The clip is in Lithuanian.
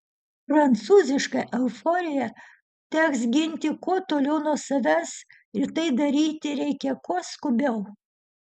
prancūzišką euforiją teks ginti kuo toliau nuo savęs ir tai daryti reikia kuo skubiau